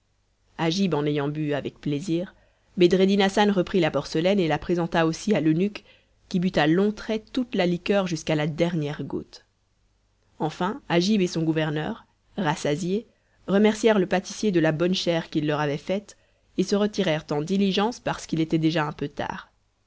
agib en ayant bu avec plaisir bedreddin hassan reprit la porcelaine et la présenta aussi à l'eunuque qui but à longs traits toute la liqueur jusqu'à la dernière goutte enfin agib et son gouverneur rassasiés remercièrent le pâtissier de la bonne chère qu'il leur avait faite et se retirèrent en diligence parce qu'il était déjà un peu tard